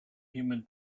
human